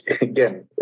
again